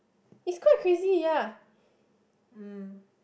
it's quite crazy ya